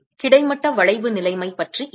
கிடைமட்ட வளைவு நிலைமை பற்றி என்ன